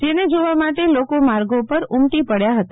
જેને જોવા માટે લોકો માર્ગો પર ઉમટી પડ્યા હતા